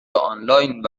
آنلاین